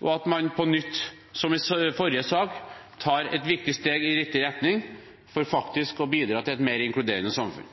og at man på nytt, som i forrige sak, tar et viktig steg i riktig retning for faktisk å bidra til et mer inkluderende samfunn.